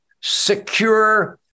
secure